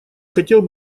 хотел